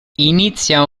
inizia